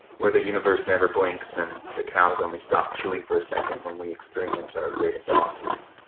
where the universe never blinks and the cows only stop chewing for a second when we experience our greatest losses.